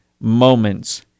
moments